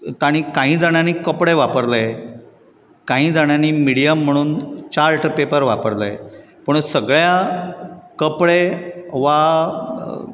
तांणी कांय जाणांनी कपडे वापरले कांय जाणांनी मिडियम म्हणून चार्ट पेपर वापरले पूण सगळ्या कपडे वा